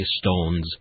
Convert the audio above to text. stones